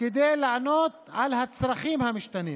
כדי לענות על הצרכים המשתנים,